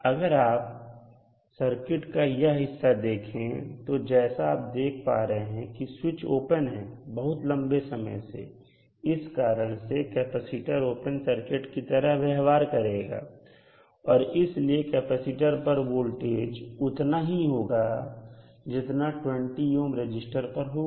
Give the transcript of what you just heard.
अगर आप सर्किट का यह हिस्सा देखें तो जैसा आप देख पा रहे हैं कि स्विच ओपन है बहुत लंबे समय से इस कारण से कैपेसिटर ओपन सर्किट की तरह व्यवहार करेगा और इसलिए कैपेसिटर पर वोल्टेज उतना ही होगा जितना 20 ohm रजिस्टर पर होगा